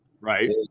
Right